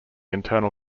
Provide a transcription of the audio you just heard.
internal